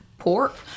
pork